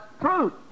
truth